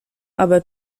aber